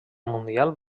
mundial